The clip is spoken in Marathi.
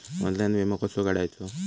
ऑनलाइन विमो कसो काढायचो?